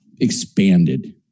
expanded